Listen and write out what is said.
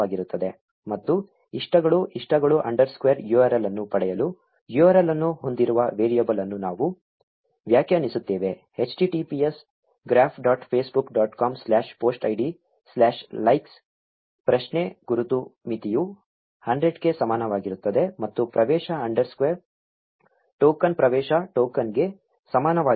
ಮತ್ತು ಇಷ್ಟಗಳು ಇಷ್ಟಗಳು ಅಂಡರ್ಸ್ಕೋರ್ URL ಅನ್ನು ಪಡೆಯಲು URL ಅನ್ನು ಹೊಂದಿರುವ ವೇರಿಯಬಲ್ ಅನ್ನು ನಾವು ವ್ಯಾಖ್ಯಾನಿಸುತ್ತೇವೆ https graph dot facebook dot com slash post ID slash likes ಪ್ರಶ್ನೆ ಗುರುತು ಮಿತಿಯು 100 ಕ್ಕೆ ಸಮಾನವಾಗಿರುತ್ತದೆ ಮತ್ತು ಪ್ರವೇಶ ಅಂಡರ್ಸ್ಕೋರ್ ಟೋಕನ್ ಪ್ರವೇಶ ಟೋಕನ್ಗೆ ಸಮಾನವಾಗಿರುತ್ತದೆ